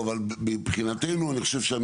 הדיון הוא מפרץ חיפה,